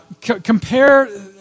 compare